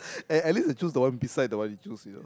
eh at least I choose the one beside the one you choose you know